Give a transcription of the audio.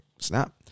snap